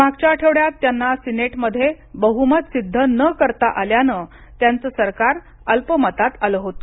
मागच्या आठवड्यात त्यांना सिनेटमध्ये बह्मत सिद्ध न करता आल्यानेत्याचं सरकार अल्पमतात आलं होतं